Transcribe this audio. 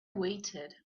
waited